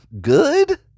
Good